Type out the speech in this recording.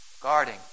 guarding